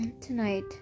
tonight